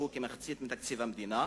שהוא כמחצית מתקציב המדינה.